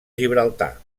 gibraltar